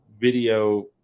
video